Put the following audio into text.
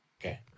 Okay